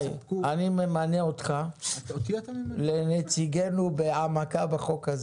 אני ממנה אותך לנציגנו בהעמקה בחוק הזה,